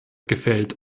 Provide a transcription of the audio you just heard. gefällt